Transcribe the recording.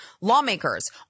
lawmakers